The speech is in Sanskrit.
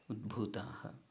उद्भूताः